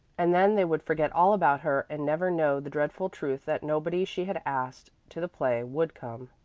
and then they would forget all about her and never know the dreadful truth that nobody she had asked to the play would come.